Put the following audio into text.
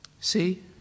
See